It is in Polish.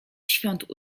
świąt